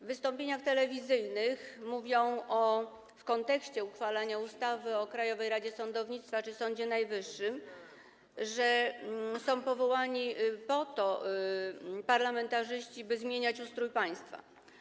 W wystąpieniach telewizyjnych mówią w kontekście uchwalania ustawy o Krajowej Radzie Sądownictwa czy Sądzie Najwyższym, że po to są powołani parlamentarzyści, by zmieniać ustrój państwa.